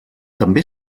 també